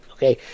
Okay